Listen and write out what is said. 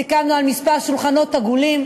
סיכמנו על כמה שולחנות עגולים,